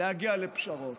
להגיע לפשרות.